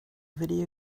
video